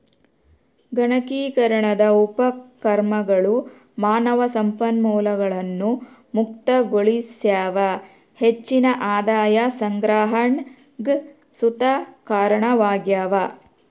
ಗಣಕೀಕರಣದ ಉಪಕ್ರಮಗಳು ಮಾನವ ಸಂಪನ್ಮೂಲಗಳನ್ನು ಮುಕ್ತಗೊಳಿಸ್ಯಾವ ಹೆಚ್ಚಿನ ಆದಾಯ ಸಂಗ್ರಹಣೆಗ್ ಸುತ ಕಾರಣವಾಗ್ಯವ